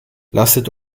lasset